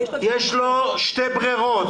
יש לו שתי אפשרויות.